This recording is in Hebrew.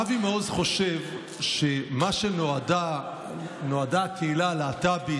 אבי מעוז חושב שמה שנועדה לו הקהילה הלהט"בית,